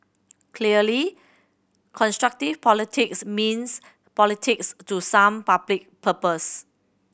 clearly constructive politics means politics to some public purpose